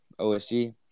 OSG